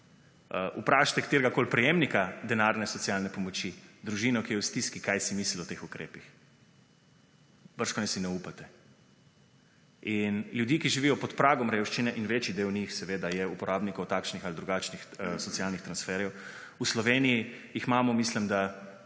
Vprašajte kateregakoli prejemnika denarne socialne pomoči, družino, ki je v stiski, kaj si misli o teh ukrepih. Bržkone si ne upate. In ljudi, ki živijo pod pragom revščine - in večji del njih je uporabnikov takšnih ali drugačnih socialnih transferjev, v Sloveniji jih imamo, mislim, da